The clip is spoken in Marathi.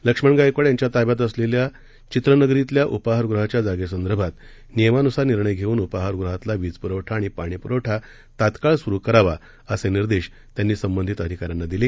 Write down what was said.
लक्ष्मण गायकवाड यांच्या ताब्यात असलेल्या चित्रनगरीतल्या उपाहारगृहाच्या जागेसंदर्भात नियमांनुसार निर्णय घेवून उपाहारगृहातला वीजपुरवठा आणि पाणीपुरवठा तात्काळ सुरु करावा असे निर्देश त्यांनी संबंधित अधिकाऱ्यांना दिले